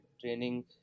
training